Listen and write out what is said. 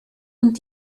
und